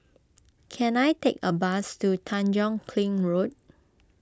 can I take a bus to Tanjong Kling Road